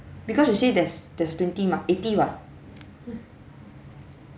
because you say there's there's twenty mah eighty [what]